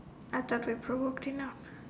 I thought we broke enough